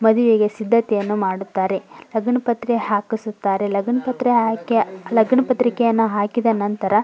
ಮದುವೆಗೆ ಸಿದ್ಧತೆಯನ್ನು ಮಾಡುತ್ತಾರೆ ಲಗ್ನ ಪತ್ರ ಹಾಕಿಸುತ್ತಾರೆ ಲಗ್ನ ಪತ್ರ ಹಾಕ್ಯ ಲಗ್ನಪತ್ರಿಕೆಯನ್ನು ಹಾಕಿದ ನಂತರ